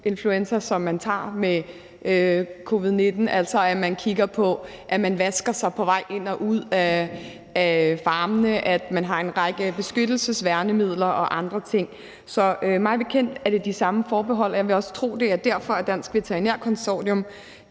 som man tager med covid-19, altså at man vasker sig på vej ind og ud af farmene, at man har en række beskyttelses- og værnemidler og andre ting. Så mig bekendt er det de samme forbehold, og jeg vil også tro, det er derfor, Dansk Veterinær Konsortium